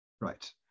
Right